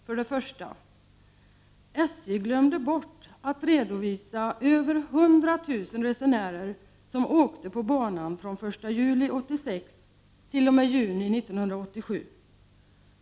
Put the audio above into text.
För det första: SJ ”glömde bort” att redovisa över 100 000 resenärer, som åkte på banan från juli 1986 t.o.m. juni 1987.